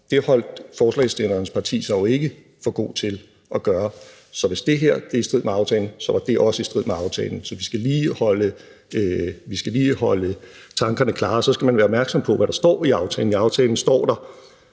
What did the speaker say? Det holdt forslagsstillernes parti sig jo ikke for gode til at gøre. Så hvis det her er i strid med aftalen, var det andet også i strid med aftalen. Så vi skal lige holde tankerne klare. Og så skal man være opmærksom på, hvad der står i aftalen. I aftalen står der: